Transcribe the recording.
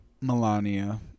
Melania